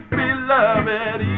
beloved